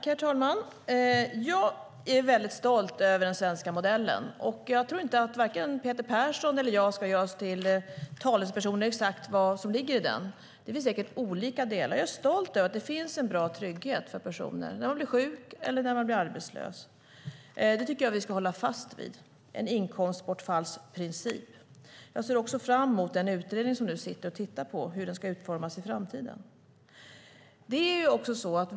Herr talman! Jag är väldigt stolt över den svenska modellen, och jag tror inte att vare sig Peter Persson eller jag ska göra oss till talespersoner för exakt vad som ligger i den. Det finns säkert olika delar. Jag är stolt över att det finns en bra trygghet när man blir sjuk eller när man blir arbetslös och tycker att vi ska hålla fast vid en inkomstbortfallsprincip. Jag ser också fram emot den utredning som nu sitter och tittar på hur den ska utformas i framtiden.